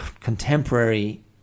contemporary